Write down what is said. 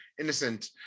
innocent